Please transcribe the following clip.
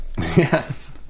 yes